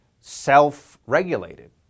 self-regulated